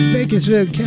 Bakersfield